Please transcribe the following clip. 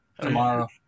Tomorrow